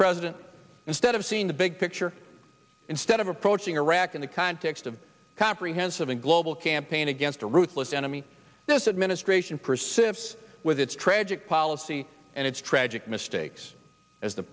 president instead of seeing the big picture instead of approaching iraq in the context of a comprehensive and global campaign against a ruthless enemy this administration persists with its tragic policy and its tragic mistakes as the